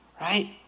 right